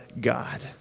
God